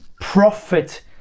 profit